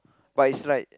but is like